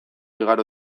igaro